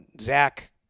Zach